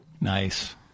Nice